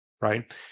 right